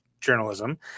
journalism